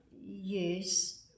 Yes